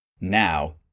Now